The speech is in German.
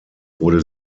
wurde